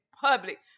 public